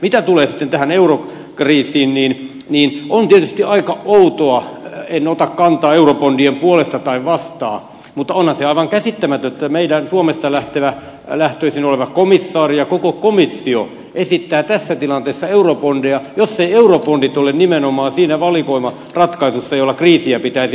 mitä tulee sitten tähän eurokriisiin niin on tietysti aika outoa en ota kantaa eurobondien puolesta tai vastaan onhan se aivan käsittämätöntä että meidän suomesta lähtöisin oleva komissaari ja koko komissio esittävät tässä tilanteessa eurobondeja jos eivät eurobondit ole nimenomaan siinä valikoimaratkaisussa jolla kriisiä pitäisi hoitaa